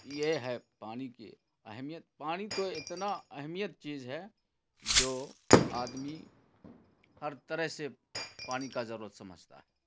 یہ ہے پانی کی اہمیت پانی تو اتنا اہمیت چیز ہے جو آدمی ہر طرح سے پانی کا ضرورت سمجھتا ہے